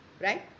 right